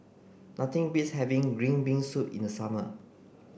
nothing beats having green bean soup in the summer